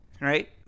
Right